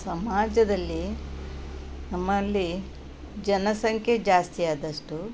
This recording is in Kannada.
ಸಮಾಜದಲ್ಲಿ ನಮ್ಮಲ್ಲಿ ಜನಸಂಖ್ಯೆ ಜಾಸ್ತಿ ಆದಷ್ಟು